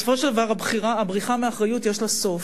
בסופו של דבר, הבריחה מאחריות יש לה סוף,